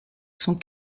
sont